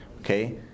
Okay